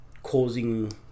causing